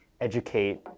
educate